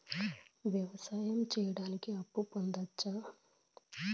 వ్యవసాయం సేయడానికి అప్పు పొందొచ్చా?